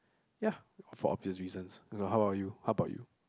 ya for obvious reasons uh how about you how are you how about you